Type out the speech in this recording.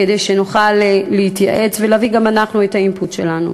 כדי שנוכל להתייעץ ולהביא גם אנחנו את ה-input שלנו.